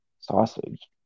sausage